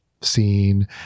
scene